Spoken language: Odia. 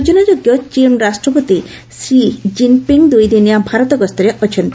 ସୂଚନାଯୋଗ୍ୟ ଚୀନ୍ ରାଷ୍ଟ୍ରପତି ଷି ଜିନ୍ପିଙ୍ଙ୍ ଦୁଇଦିନିଆ ଭାରତ ଗସ୍ତରେ ଅଛନ୍ତି